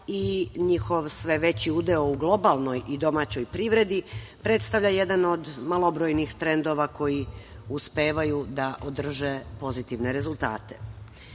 i njihov sve veći udeo u globalnoj i domaćoj privredi predstavlja jedan od malobrojnih trendova koji uspevaju da održe pozitivne